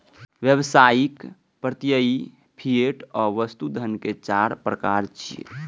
व्यावसायिक, प्रत्ययी, फिएट आ वस्तु धन के चार प्रकार छियै